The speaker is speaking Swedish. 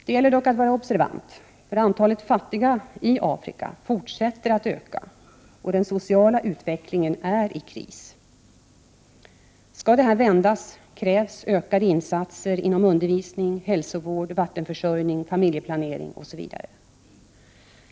Det gäller dock att vara observant, för antalet fattiga i Afrika fortsätter att öka, och den sociala utvecklingen är i kris. Skall detta vändas krävs ökade insatser inom bl.a. undervisning, hälsovård, vattenförsörjning och familjeplanering.